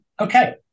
okay